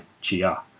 Chia